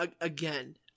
Again